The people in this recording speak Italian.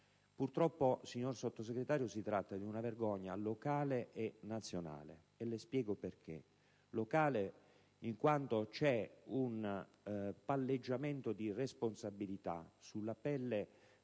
Purtroppo, onorevole Sottosegretario, si tratta di una vergogna locale e nazionale, e le spiego perché. Locale, in quanto c'è un palleggiamento di responsabilità sulla pelle degli